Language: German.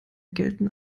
gelten